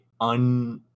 un